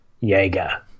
Jaeger